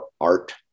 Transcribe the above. art